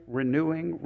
renewing